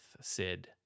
Sid